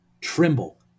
tremble